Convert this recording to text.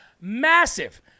Massive